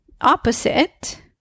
opposite